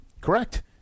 Correct